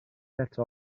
eto